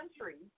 country